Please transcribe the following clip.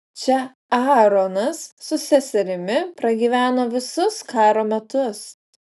čia aaronas su seserimi pragyveno visus karo metus